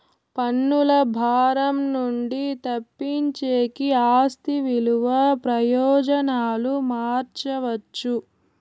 పన్నుల భారం నుండి తప్పించేకి ఆస్తి విలువ ప్రయోజనాలు మార్చవచ్చు